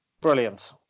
brilliant